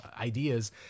ideas